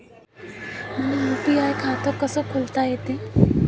मले यू.पी.आय खातं कस खोलता येते?